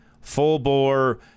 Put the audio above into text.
full-bore